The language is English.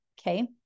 okay